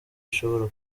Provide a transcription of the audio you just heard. ishobora